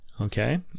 okay